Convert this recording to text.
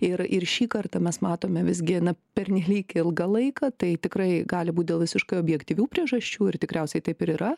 ir ir šį kartą mes matome visgi na pernelyg ilgą laiką tai tikrai gali būt dėl visiškai objektyvių priežasčių ir tikriausiai taip ir yra